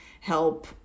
help